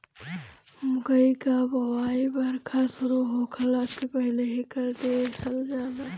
मकई कअ बोआई बरखा शुरू होखला से पहिले ही कर देहल जाला